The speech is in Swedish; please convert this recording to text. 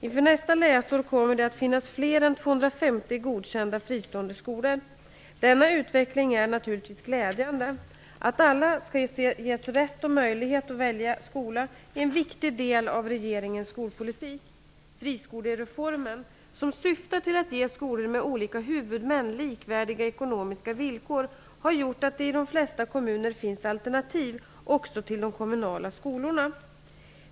Inför nästa läsår kommer det att finnas fler än Denna utveckling är naturligtvis glädjande. Att alla skall ges rätt och möjlighet att välja skola är en viktig del i regeringens skolpolitik. Friskolereformen, som syftar till att ge skolor med olika huvudmän likvärdiga ekonomiska villkor, har gjort att det i de flesta kommuner finns alternativ också till de kommunala skolorna.